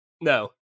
No